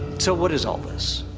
so what is all this?